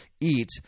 eat